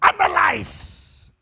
analyze